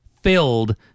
filled